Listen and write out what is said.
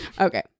Okay